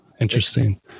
interesting